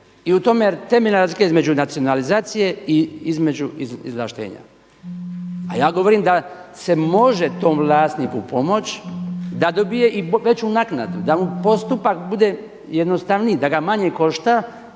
I u tome je temeljna razlika između nacionalizacije i između izvlaštenja. A ja govorim da se može tom vlasniku pomoći da dobije i veću naknadu, da mu postupak bude jednostavniji, da ga manje košta,